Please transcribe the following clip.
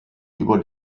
über